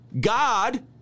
God